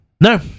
No